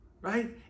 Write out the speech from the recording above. Right